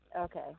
Okay